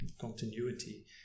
continuity